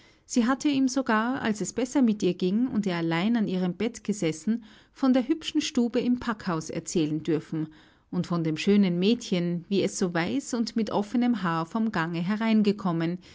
sie hatte ihm sogar als es besser mit ihr ging und er allein an ihrem bett gesessen von der hübschen stube im packhaus erzählen dürfen und von dem schönen mädchen wie es so weiß und mit offenem haar vom gange hereingekommen